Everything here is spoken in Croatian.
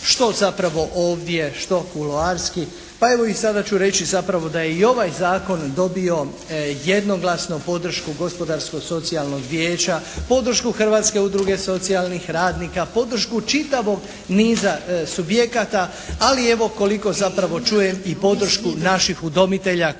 što zapravo ovdje, što kuloarski. Pa evo i sada ću reći zapravo da je i ovaj zakon dobio jednoglasno podršku Gospodarsko-socijalnog vijeća, podršku Hrvatske udruge socijalnih radnika, podršku čitavog niza subjekata, ali evo koliko zapravo čujem i podršku naših udomitelja koji